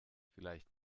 vielleicht